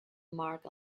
marked